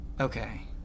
Okay